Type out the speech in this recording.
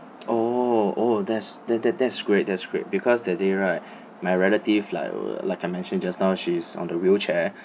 oh oh that's that that that is great that is great because that day right my relative like uh like I mentioned just now she's on the wheelchair